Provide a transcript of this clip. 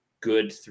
good